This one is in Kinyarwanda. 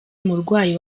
umurwayi